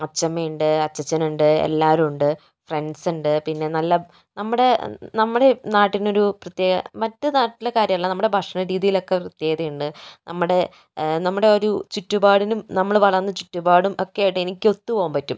അച്ഛമ്മയുണ്ട് അച്ഛച്ഛനുണ്ട് എല്ലാവരുമുണ്ട് ഫ്രണ്ട്സുണ്ട് പിന്നെ നല്ല നമ്മുടെ നമ്മുടെ നാട്ടിനൊരു പ്രത്യേക മറ്റു നാട്ടിലെ കാര്യമല്ല നമ്മുടെ ഭക്ഷണ രീതിയിലൊക്കെ പ്രത്യേകതയുണ്ട് നമ്മുടെ നമ്മുടെ ഒരു ചുറ്റുപാടിനും നമ്മളു വളർന്ന ചുറ്റുപാടും ഒക്കെ ആയിട്ട് എനിക്കൊത്തുപോകാൻ പറ്റും